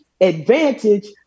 advantage